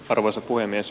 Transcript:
arvoisa puhemies